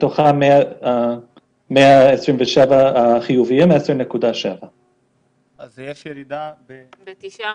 מתוכן 127 חיוביים 10.7%. אז יש ירידה ב-9%.